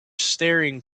staring